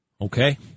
Okay